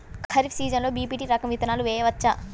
ఖరీఫ్ సీజన్లో బి.పీ.టీ రకం విత్తనాలు వేయవచ్చా?